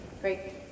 great